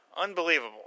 unbelievable